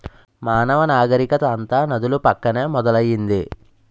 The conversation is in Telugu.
మానవ నాగరికత అంతా నదుల పక్కనే మొదలైంది